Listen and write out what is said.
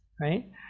right